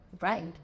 right